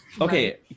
okay